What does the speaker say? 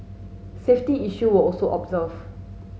safety issue were also observe